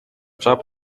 trump